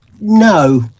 No